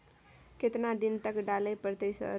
केतना दिन तक डालय परतै सर?